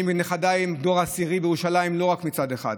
אני ונכדיי דור עשירי בירושלים לא רק מצד אחד,